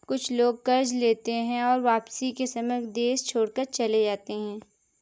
कुछ लोग कर्ज लेते हैं और वापसी के समय देश छोड़कर चले जाते हैं